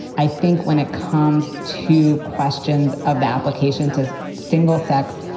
i think when it comes to questions of the application to single sex,